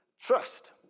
trust